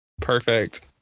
Perfect